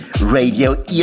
Radio